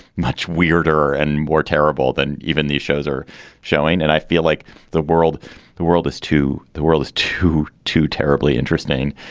much weirder and more terrible than even these shows are showing. and i feel like the world the world is, too. the world is too too terribly interesting.